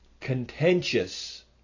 contentious